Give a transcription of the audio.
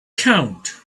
count